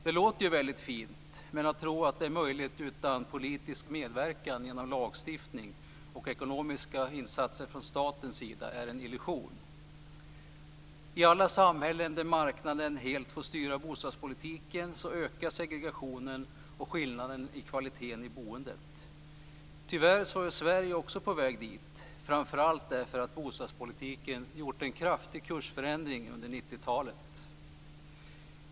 Det låter ju väldigt fint, men det är en illusion att tro att den kan realiseras utan politisk medverkan genom lagstiftning och ekonomiska insatser från statens sida. I alla samhällen där marknaden helt får styra bostadspolitiken ökar segregationen och kvalitetsskillnaderna i boendet. Tyvärr är också Sverige på väg i den riktningen, framför allt därför att bostadspolitiken gjort en kraftig kursförändring under 90-talet.